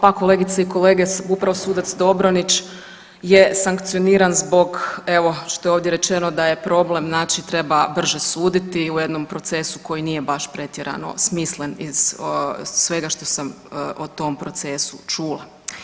Pa kolegice i kolege, upravo sudac Dobronić je sankcioniran zbog evo što je ovdje rečeno da je problem znači treba brže suditi u jednom procesu koji nije baš pretjerano smislen iz svega što sam o tom procesu čula.